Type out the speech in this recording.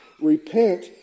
Repent